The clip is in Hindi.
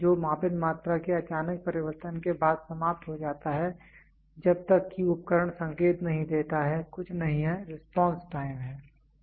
समय जो मापित मात्रा के अचानक परिवर्तन के बाद समाप्त हो जाता है जब तक कि उपकरण संकेत नहीं देता है कुछ नहीं है रिस्पांस टाइम है